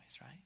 right